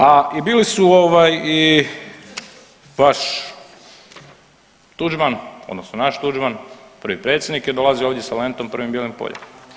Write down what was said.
A i bili su ovaj i vaš Tuđman odnosno naš Tuđman, prvi predsjednik je dolazio ovdje sa lentom prvim bijelim poljem.